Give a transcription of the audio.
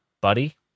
buddy